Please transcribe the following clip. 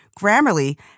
Grammarly